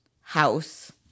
house